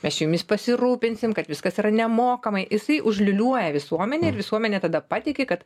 mes čia jumis pasirūpinsim kad viskas yra nemokamai jisai užliūliuoja visuomenę ir visuomenė tada pateiki kad